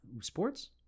Sports